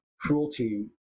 cruelty